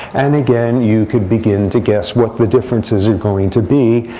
and, again, you could begin to guess what the differences are going to be.